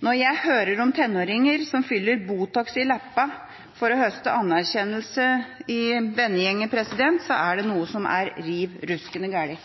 Når jeg hører om tenåringer som fyller Botox i leppene for å høste anerkjennelse i vennegjengen, er det noe som er riv ruskende